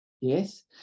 Yes